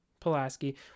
Pulaski